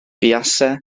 buasai